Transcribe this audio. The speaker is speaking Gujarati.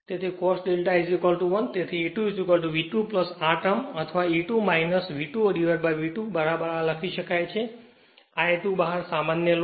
તેથી cos ∂ 1 તેથી E2 V2 આ ટર્મ અથવા E2 V2V2 બરાબર આ લખી શકાય છે આ I2 બહાર સામાન્ય લો